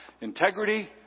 integrity